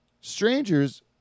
Strangers